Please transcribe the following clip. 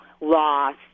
loss